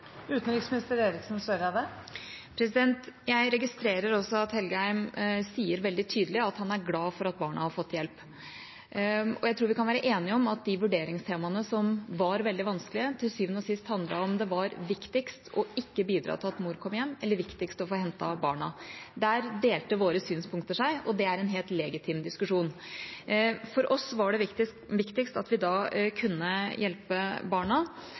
Jeg registrerer at representanten Engen-Helgheim sier veldig tydelig at han er glad for at barna har fått hjelp. Jeg tror vi kan være enige om at de vurderingstemaene som var veldig vanskelige, til syvende og sist handler om hvorvidt det var viktigst ikke å bidra til at mor kom hjem, eller viktigst å få hentet barna. Der delte våre synspunkter seg, og det er en helt legitim diskusjon. For oss var det viktigst at vi kunne hjelpe barna.